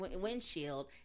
windshield